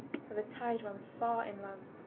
for the tide ran far inland,